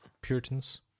Puritans